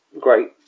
great